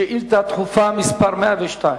שאילתא דחופה מס' 102,